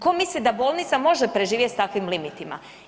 Ko misli da bolnica može preživjeti s takvim limitima?